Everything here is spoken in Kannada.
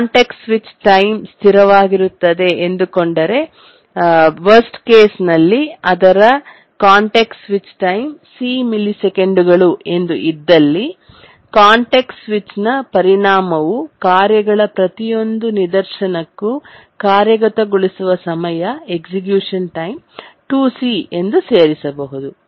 ಕಾಂಟೆಕ್ಸ್ಟ್ ಸ್ವಿಚ್ ಟೈಮ್ ಸ್ಥಿರವಾಗಿರುತ್ತದೆ ಎಂದುಕೊಂಡರೆ ಕೆಟ್ಟು ಸನ್ನಿವೇಶದಲ್ಲಿ ಅದರ ಕಾಂಟೆಕ್ಸ್ಟ್ ಸ್ವಿಚ್ ಟೈಮ್ 'C" ಮಿಲಿಸೆಕೆಂಡುಗಳು ಎಂದು ಇದ್ದಲ್ಲಿ ಕಾಂಟೆಕ್ಸ್ಟ್ ಸ್ವಿಚಿಂಗ್ನ ಪರಿಣಾಮವು ಕಾರ್ಯಗಳ ಪ್ರತಿಯೊಂದು ನಿದರ್ಶನಕ್ಕೂ ಕಾರ್ಯಗತಗೊಳಿಸುವ ಸಮಯ ಎಕ್ಸಿಕ್ಯೂಷನ್ ಟೈಮ್ 2C ಎಂದು ಸೇರಿಸಬಹುದು